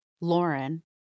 Lauren